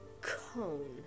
cone